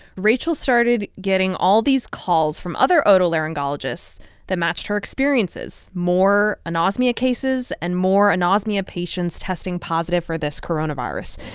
rachel started getting all these calls from other otolaryngologists that matched her experiences more anosmia cases and more anosmia patients testing positive for this coronavirus.